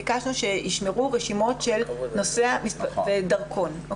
ביקשנו שישמרו רשימות של נוסע ומספר דרכון.